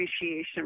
appreciation